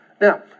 Now